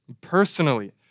Personally